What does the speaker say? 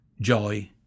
joy